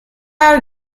are